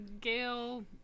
Gail